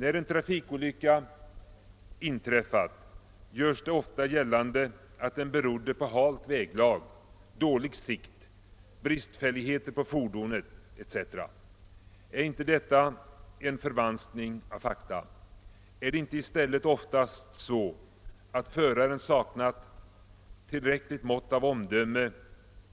När en trafikolycka inträffar, görs det ofta gällande att den berott på halt väglag, dålig sikt, bristfällighet hos fordonet etc. är inte detta en förvanskning av fakta? Är det inte i stället oftast så att föraren saknat tillräckligt mått av omdöme